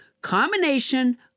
combination